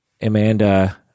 Amanda